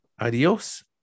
Adios